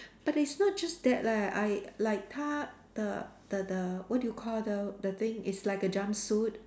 but it's not just that leh I like 她的 the the what do you call the the thing it's like a jumpsuit